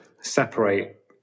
separate